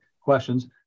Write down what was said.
questions